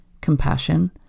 compassion